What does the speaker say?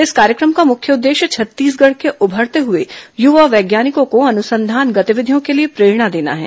इस कार्यक्रम का मुख्य उद्देश्य छत्तीसगढ़ के उभरते हुए युवा वैज्ञानिकों को अनुसंधान गतिविधियों के लिए प्रेरणा देना है